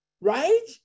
right